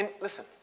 Listen